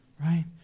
Right